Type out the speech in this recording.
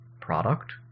product